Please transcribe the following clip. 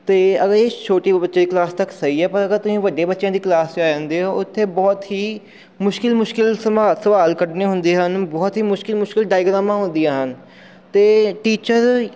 ਅਤੇ ਅਗਰ ਇਹ ਛੋਟੇ ਬੱਚਿਆਂ ਦੀ ਕਲਾਸ ਤੱਕ ਸਹੀ ਹੈ ਪਰ ਅਗਰ ਤੁਸੀਂ ਵੱਡੇ ਬੱਚਿਆਂ ਦੀ ਕਲਾਸ 'ਚ ਆ ਜਾਂਦੇ ਓਂ ਉੱਥੇ ਬਹੁਤ ਹੀ ਮੁਸ਼ਕਿਲ ਮੁਸ਼ਕਿਲ ਸਮਾ ਸਵਾਲ ਕੱਢਣੇ ਹੁੰਦੇ ਹਨ ਬਹੁਤ ਹੀ ਮੁਸ਼ਕਿਲ ਮੁਸ਼ਕਿਲ ਡਾਇਗ੍ਰਾਮਾਂ ਹੁੰਦੀਆਂ ਹਨ ਅਤੇ ਟੀਚਰ